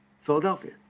Philadelphia